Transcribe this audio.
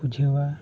ᱵᱩᱡᱷᱟᱹᱣᱟ